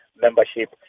membership